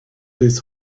his